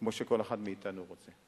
כמו שכל אחד מאתנו רוצה.